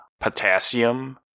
potassium